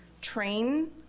train